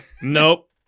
Nope